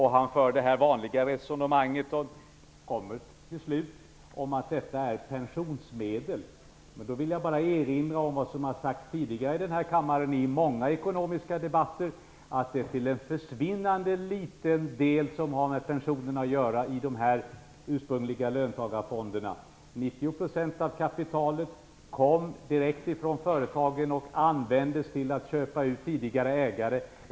Han för dessutom det vanliga resonemanget om att dessa pengar är pensionsmedel. Men jag vill då erinra om det som har sagts tidigare i denna kammare i många ekonomiska debatter, nämligen att det är en försvinnande liten del som har med pensionerna att göra i de ursprungliga löntagarfonderna. Så mycket som 90 % av kapitalet kom direkt från företagen och användes till att köpa ut tidigare ägare.